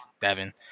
Devin